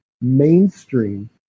mainstream